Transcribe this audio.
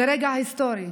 זה רגע היסטורי.